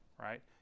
right